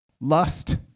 lust